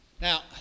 Now